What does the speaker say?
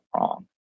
wrong